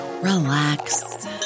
relax